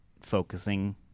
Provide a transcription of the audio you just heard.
focusing